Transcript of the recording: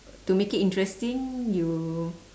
to make it interesting you